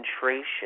concentration